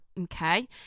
Okay